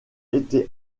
été